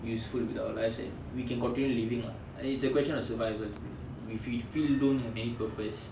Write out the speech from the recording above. useful with our lives and we can continue living lah uh it's a question of survival if we if we feel don't have any purpose